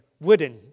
wooden